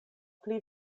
pli